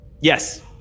yes